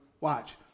watch